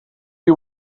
you